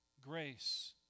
grace